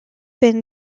been